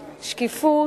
שקיפות,